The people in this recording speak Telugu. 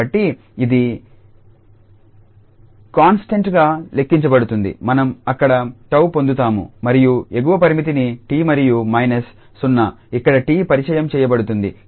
కాబట్టి అది కాన్స్టాంట్ గా లెక్కించబడుతుందిమనం అక్కడ 𝜏 పొందుతాము మరియు ఎగువ పరిమితిని 𝑡 మరియు మైనస్ 0 ఇక్కడ 𝑡 పరిచయం చేయబడుతుంది